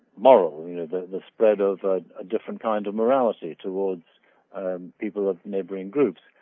moral you know the the spread of a different kind of morality towards people of neighboring groups.